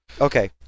Okay